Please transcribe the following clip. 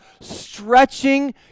stretching